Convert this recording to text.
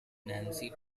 nancy